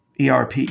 ERP